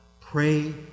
Pray